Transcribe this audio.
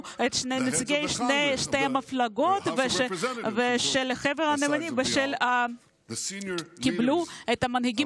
את נציגי שתי המפלגות של חבר הנאמנים ושקיבלו את המנהיגים